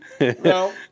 No